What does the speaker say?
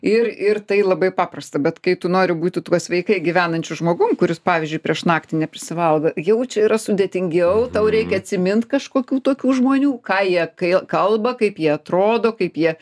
ir ir tai labai paprasta bet kai tu nori būti tuo sveikai gyvenančiu žmogum kuris pavyzdžiui prieš naktį neprisivalgo jau čia yra sudėtingiau tau reikia atsimint kažkokių tokių žmonių ką jie kail kalba kaip jie atrodo kaip jie